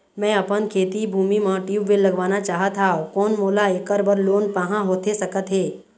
मैं अपन खेती भूमि म ट्यूबवेल लगवाना चाहत हाव, कोन मोला ऐकर बर लोन पाहां होथे सकत हे?